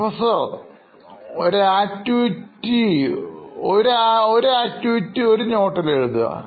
Professor ഒരു activity ഒരു note എഴുതുക